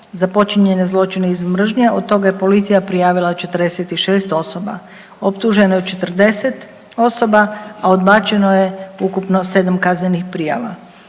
za počinjene zločine iz mržnje od toga je policija prijavila 46 osoba. Optuženo je 40 osoba, a odbačeno je ukupno 7 kaznenih prijava.